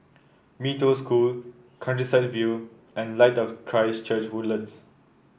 Mee Toh School Countryside View and Light of Christ Church Woodlands